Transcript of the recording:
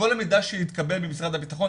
כל המידע שהתקבל במשרד הבטחון,